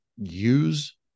use